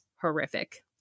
horrific